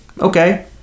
Okay